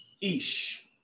ish